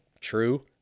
true